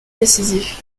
décisif